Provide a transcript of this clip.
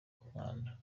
umwanda